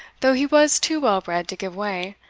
though he was too well bred to give way,